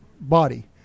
body